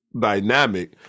dynamic